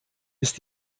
ist